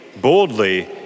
boldly